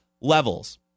levels